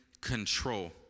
control